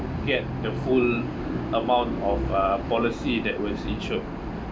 get the full amount of uh policy that was insured